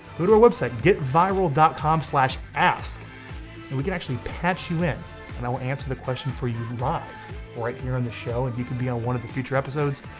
go to our website get vyral dot com slash ask and we can actually patch you in and i will answer the question for you live right here on the show and you can be on one of the future episodes.